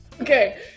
Okay